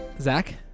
Zach